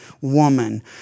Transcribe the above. woman